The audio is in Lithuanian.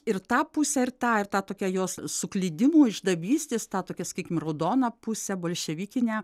ir tą pusę ir tą ir tą tokią jos suklydimų išdavystės tą tokią sakykim raudoną pusę bolševikinę